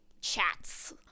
chats